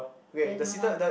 there's no one beside